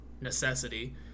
necessity